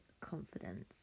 confidence